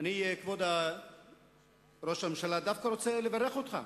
כבוד ראש הממשלה, אני דווקא רוצה לברך אותך.